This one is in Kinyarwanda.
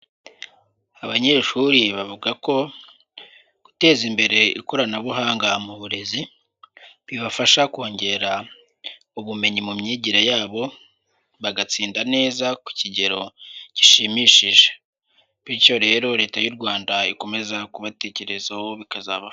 Abanyeshuri bavuga ko, guteza imbere ikoranabuhanga mu burezi bibafasha kongera ubumenyi mu myigire yabo, bagatsinda neza ku kigero gishimishije, bityo rero leta y'u Rwanda ikomeza kubatekerezaho bikazabafasha.